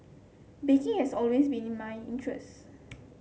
baking has always been my interest